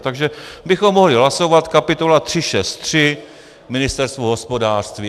Takže bychom mohli hlasovat kapitola 363 Ministerstvo hospodářství.